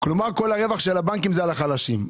כלומר, כל הרווח של הבנקים זה על החלשים.